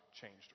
changed